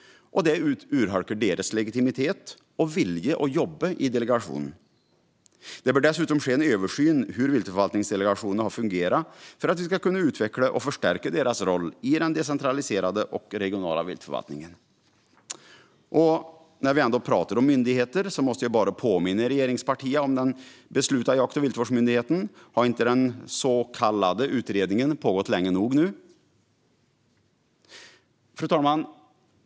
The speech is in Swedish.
Det urholkar deras legitimitet och vilja att jobba. Det bör ske en översyn av hur viltförvaltningsdelegationerna har fungerat för att vi ska kunna utveckla och förstärka deras roll i den decentraliserade och regionala viltförvaltningen. På tal om myndigheter måste jag påminna regeringspartierna om den beslutade jakt och viltvårdsmyndigheten. Har inte den så kallade utredningen pågått länge nog? Fru talman!